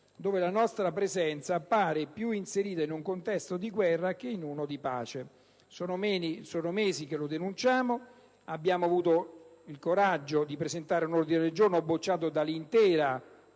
dove la nostra presenza pare più inserita in un contesto di guerra che in uno di pace. Sono mesi che lo denunciamo. Abbiamo avuto il coraggio di presentare un ordine del giorno bocciato da tutte